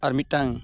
ᱟᱨ ᱢᱤᱫᱴᱟᱝ